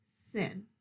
sin